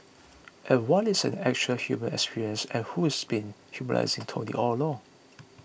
and what is an actual human experience and who's been humanising Tony all along